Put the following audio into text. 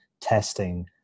testing